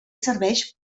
serveix